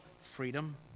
freedom